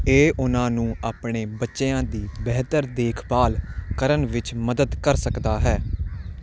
ਇਹ ਉਹਨਾਂ ਨੂੰ ਆਪਣੇ ਬੱਚਿਆਂ ਦੀ ਬਿਹਤਰ ਦੇਖਭਾਲ ਕਰਨ ਵਿੱਚ ਮਦਦ ਕਰ ਸਕਦਾ ਹੈ